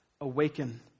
Awaken